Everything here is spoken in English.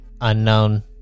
Unknown